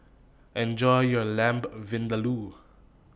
Enjoy your Lamb Vindaloo